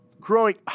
growing